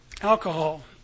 alcohol